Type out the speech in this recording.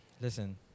listen